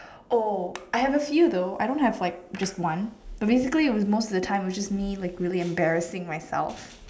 oh I have few though I don't have just like one so basically it was most of the time it was just me like really embarrassing myself